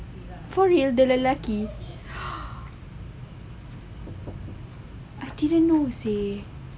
fool ya dia lelaki actually know what to say